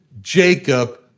Jacob